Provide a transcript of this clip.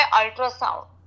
ultrasound